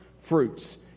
fruits